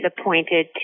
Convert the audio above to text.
appointed